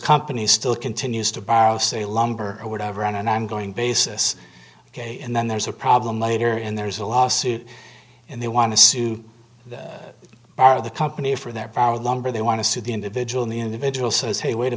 company still continues to borrow say lumber or whatever and i'm going basis ok and then there's a problem later in there's a lawsuit and they want to sue the bar of the company for their power longer they want to sue the individual the individual says hey wait a